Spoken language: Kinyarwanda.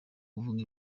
kuvuga